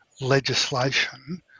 legislation